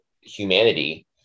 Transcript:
humanity